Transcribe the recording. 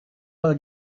will